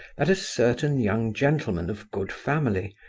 that a certain young gentleman of good family,